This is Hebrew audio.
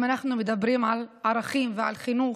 אם אנחנו מדברים על ערכים ועל חינוך,